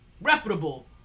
reputable